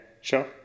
sure